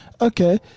okay